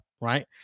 right